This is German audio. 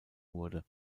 wurde